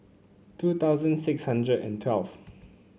two thousand six hundred and twelve